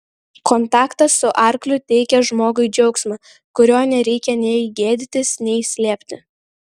kontaktas su arkliu teikia žmogui džiaugsmą kurio nereikia nei gėdytis nei slėpti